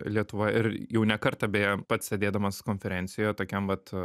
lietuvoje ir jau ne kartą beje pats sėdėdamas konferencijoje tokiam vat